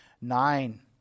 nine